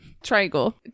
Triangle